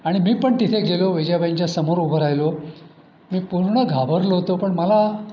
आणि मी पण तिथे गेलो विजयाबाईंच्या समोर उभं राहिलो मी पूर्ण घाबरलो होतो पण मला